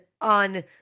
on